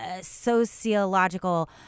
sociological